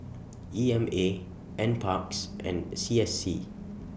E M A NParks and C S C